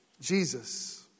Jesus